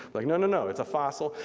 like no no no, it's a fossil,